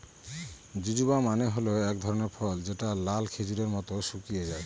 জুজুবা মানে হল এক ধরনের ফল যেটা লাল খেজুরের মত শুকিয়ে যায়